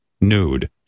nude